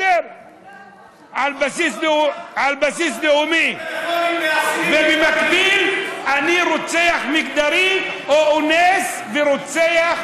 על בסיס לאומי ובמקביל אני רוצח מגדרי או אונס ורוצח,